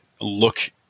look